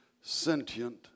sentient